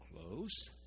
close